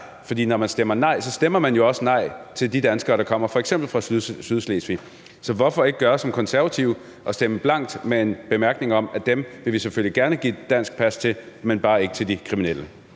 for når man stemmer nej, stemmer man jo også nej til de danskere, der kommer fra f.eks. Sydslesvig, så hvorfor ikke gøre som Konservative og stemme blankt med en bemærkning om, at dem vil vi selvfølgelig gerne give dansk pas til, men bare ikke til de kriminelle?